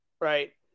right